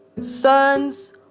son's